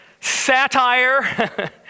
satire